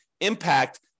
impact